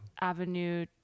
avenue